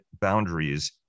boundaries